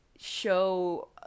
show